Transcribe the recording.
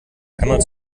einmal